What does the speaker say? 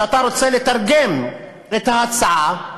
כשאתה רוצה לתרגם את ההצעה,